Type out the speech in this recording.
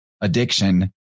addiction